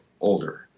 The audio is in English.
older